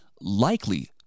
likely